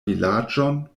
vilaĝon